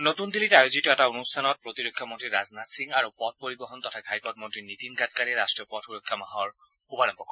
নতুন দিল্লীত আয়োজিত এটা অনুষ্ঠানত প্ৰতিৰক্ষা মন্ত্ৰী ৰাজনাথ সিং আৰু পথ পৰিবহণ তথা ঘাইপথ মন্ত্ৰী নীতিন গাডকাৰীয়ে ৰাট্টীয় পথ সুৰক্ষা মাহৰ শুভাৰম্ভ কৰিব